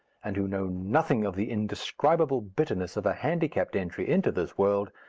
and who know nothing of the indescribable bitterness of a handicapped entry into this world,